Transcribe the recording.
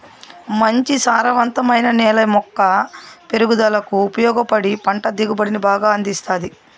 మంచి సారవంతమైన నేల మొక్క పెరుగుదలకు ఉపయోగపడి పంట దిగుబడిని బాగా అందిస్తాది